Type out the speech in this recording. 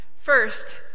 First